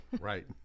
Right